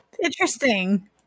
Interesting